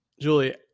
Julie